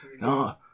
No